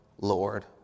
Lord